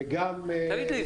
וגם --- תגיד לי,